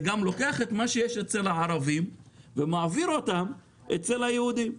זה גם לוקח את מה שיש אצל הערבים ומעביר אותם אצל היהודים,